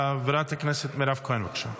חברת הכנסת מירב כהן, בבקשה.